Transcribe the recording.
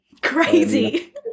Crazy